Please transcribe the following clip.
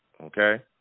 Okay